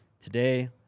today